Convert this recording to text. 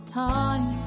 time